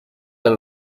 del